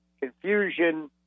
confusion